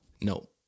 No